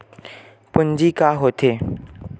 पूंजी का होथे?